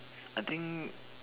I think